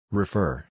refer